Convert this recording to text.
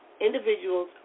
individuals